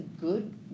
good